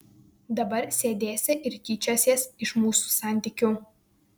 dabar sėdėsi ir tyčiosies iš mūsų santykių